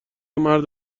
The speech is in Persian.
مرد